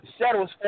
settles